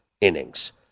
innings